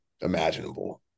imaginable